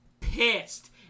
pissed